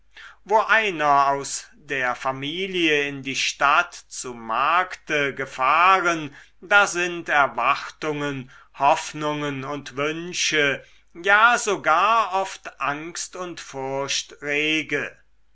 wo einer aus der familie in die stadt zu markte gefahren da sind erwartungen hoffnungen und wünsche ja sogar oft angst und furcht rege